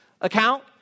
account